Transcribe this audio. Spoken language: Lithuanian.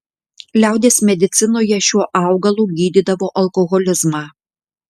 liaudies medicinoje šiuo augalu gydydavo alkoholizmą